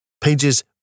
Pages